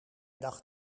dacht